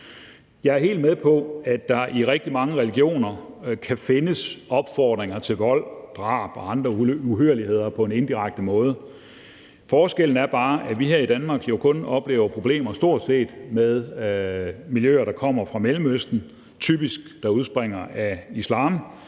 Jeg er helt med på, at der i rigtig mange religioner kan findes opfordringer til vold, drab og andre uhyrligheder på en indirekte måde. Forskellen er bare, at vi her i Danmark jo stort set kun oplever problemer med miljøer, der kommer fra Mellemøsten, og som typisk udspringer af islam,